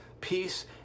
peace